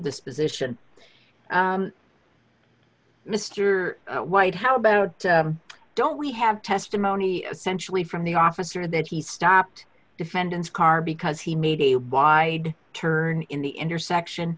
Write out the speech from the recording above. disposition mr white how bout don't we have testimony sensually from the officer that he stopped defendant car because he made a wide turn in the intersection